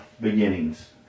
beginnings